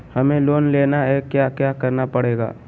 हमें लोन लेना है क्या क्या करना पड़ेगा?